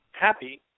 happy